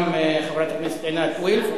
גם חברת הכנסת עינת וילף,